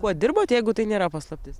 kuo dirbot jeigu tai nėra paslaptis